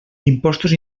impostos